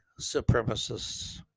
supremacists